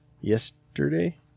yesterday